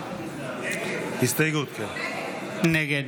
נגד